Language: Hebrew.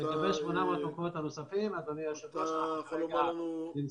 אתה יכול לומר לנו --- לגבי ה-800 המקומות הנוספים,